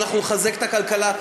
ואנחנו נחזק את הכלכלה.